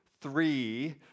three